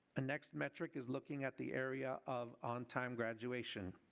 ah next metric is looking at the area of on-time graduation.